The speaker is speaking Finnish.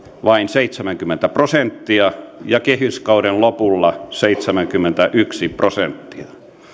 vain seitsemänkymmentä prosenttia ja kehyskauden lopulla seitsemänkymmentäyksi prosenttia